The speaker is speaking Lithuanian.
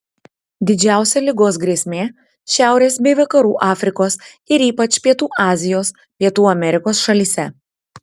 didžiausia ligos grėsmė šiaurės bei vakarų afrikos ir ypač pietų azijos pietų amerikos šalyse